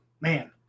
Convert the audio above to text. man